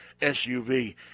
SUV